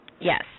Yes